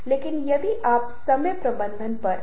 आपको कौन सा संयोजन पसंद है